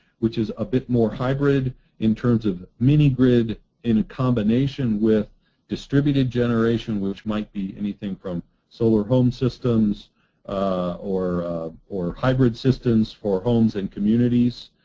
which is a bit more hybrid in terms of mini-grid in combination with distributed generation, which might be anything from solar home systems or or hybrid systems for homes and communities.